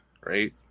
right